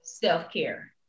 self-care